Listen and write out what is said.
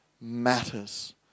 matters